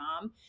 mom